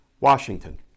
Washington